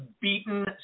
beaten